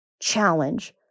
challenge